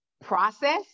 process